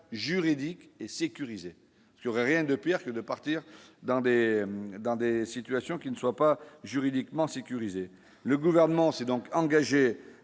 juridique et sécurisé, j'aurais rien de pire que de partir dans des, dans des situations qui ne soit pas juridiquement sécurisé, le gouvernement s'est donc engagée